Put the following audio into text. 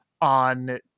on